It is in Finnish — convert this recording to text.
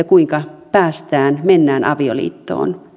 kuinka päästään mennään avioliittoon